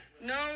No